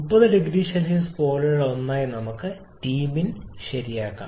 30 0C പോലെയുള്ള ഒന്നായി നമുക്ക് Tmin ശരിയാക്കാം